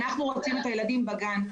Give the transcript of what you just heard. אנחנו רוצים את הילדים בגן.